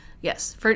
Yes